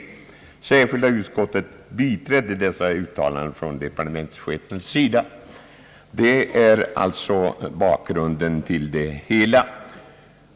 Särskilda utskottet biträdde dessa departementschefens uttalanden. Det är alltså bakgrunden.